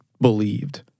believed